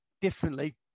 differently